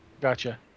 Gotcha